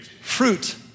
fruit